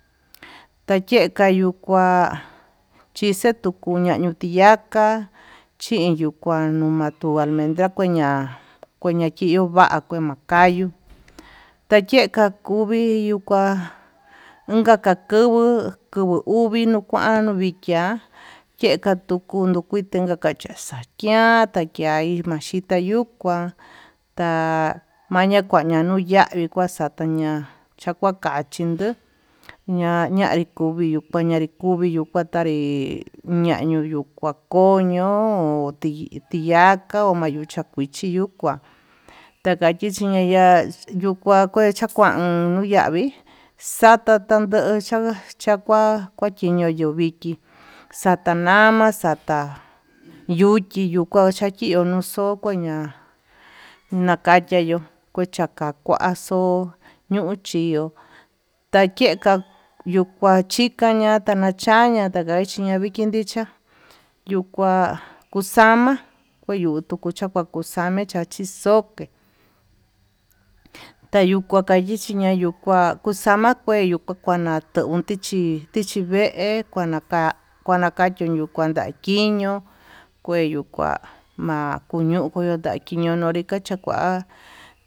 Tayeka ñuu kuá tixeku ñukuña tuu tiyaká, chingatuña ño'o almendra koña konachio ma'a kuu makayu takeka kuvii yuu kuá unka kakuvu kuuvu uvii nukuá anuu viya'a, yeka tuku nukuiti chenka kaxa'a kian makeí maxhita yuku kuan ya'a maya kaya nuu yavii kaxataña, chakua kachin nduu ña ñanri kuvii ñanri kuvi yuu kuá tanri ñañi ñuu ma'a ko'ó ño'o tiyaka ho mayuu chakuichi yuu kuá takachi xhinaya'á, yuu kua kue chakuan kuyavi xhatan tanyo xhiyá chakua kuachino yuu viki xata nama xata yuchi kuu kua xatí, yonoxoko ña'a ñakachia yo'o kuxakua kaxo'o ñuu chio takeka kuchikaña tañachaña tachiña ndiki nichiá yuu kua kuxama, yuu takua takakuxame chí chaxi xoké tayikua kayixi tayukuá kuxama kue kanatontí chí tichi vee kuanaka kuanakachio ñakuandái kiño kué yuu kuá ma'a kuño kanri iño kuya'a kacha kuá.